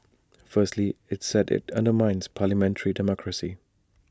firstly IT said IT undermines parliamentary democracy